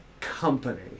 Company